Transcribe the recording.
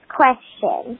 question